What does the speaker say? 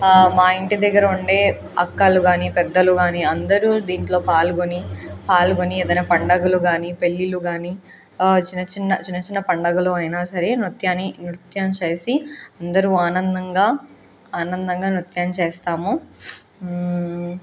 మా ఇంటి దగ్గర ఉండే అక్కలు కాని పెద్దలు కానీ అందరూ దీనిలో పాల్గొని పాల్గొని ఏదైనా పండుగలు కాని పెళ్ళిళ్ళు కాని చిన్న చిన్న చిన్న చిన్న పండుగలు అయినా సరే నృత్యాన్ని నృత్యం చేసి అందరూ ఆనందంగా ఆనందంగా నృత్యం చేస్తాము